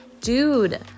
dude